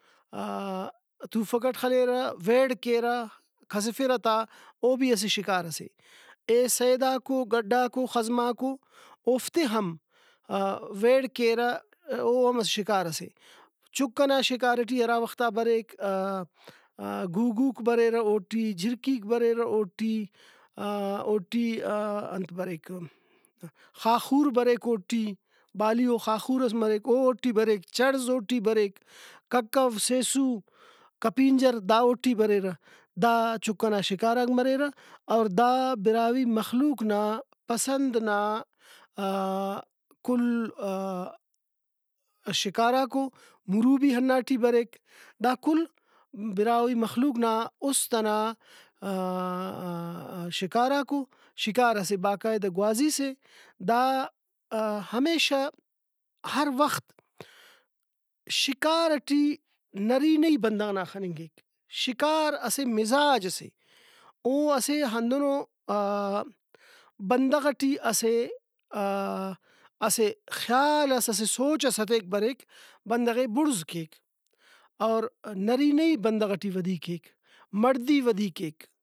توفکٹ خلیرہ ویڑ کیرہ کہسفرہ تا اوبھی اسہ شکار سے اے سیداکو گڈاکو خزماکو اوفتے ہم ویڑ کیرہ او ہم اسہ شکار سے۔ چُک ئنا شکار ئٹی ہرا وختا بریک گُوگُوک بریرہ اوٹی جھرکیک بریرہ اوٹی اوٹی انت بریک خاخُور بریک اوٹی بالیئو خاخور ئس مریک او اوٹی بریک چنڑز اوٹی بریک ککو سیسو کپینجر دا اوٹی بریرہ دا چُک ئنا شکاراک مریرہ اور دا براہوئی مخلوق نا پسند نا کُل شکاراکو۔ مُرو بھی ہناٹی بریک دا کل براہوئی مخلوق نا اُست ئنا شکاراکو۔ شکار اسہ باقاعدہ گوازی سے دا ہمیشہ ہر وخت شکار ٹی نرینئی بندغ نا خننگک شکار اسہ مزاج سے او اسہ ہندنو بندغ ٹی اسہ اسہ خیالس اسہ سوچس ہتیک بریک بندغے بُڑز کیک اور نرینئی بندغ ٹی ودی کیک مڑدی ودی کیک